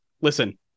listen